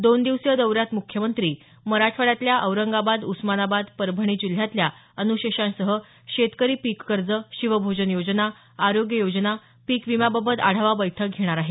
दोन दिवसीय दौर्यात मुख्यमंत्री मराठवाड्यातल्या औरंगाबाद उस्मानाबाद परभणी जिल्ह्यातल्या अनुशेषांसह शेतकरी पीक कर्ज शिवभोजन योजना आरोग्य योजना पीकविम्याबाबत आढावा बैठक घेणार आहेत